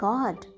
God